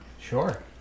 Sure